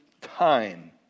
time